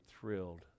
thrilled